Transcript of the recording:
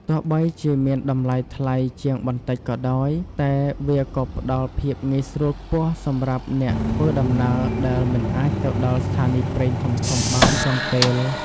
ទោះបីជាមានតម្លៃថ្លៃជាងបន្តិចក៏ដោយ តែវាក៏ផ្តល់ភាពងាយស្រួលខ្ពស់សម្រាប់អ្នកធ្វើដំណើរដែលមិនអាចទៅដល់ស្ថានីយ៍ប្រេងធំៗបានទាន់ពេល។